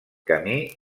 camí